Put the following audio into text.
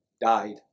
died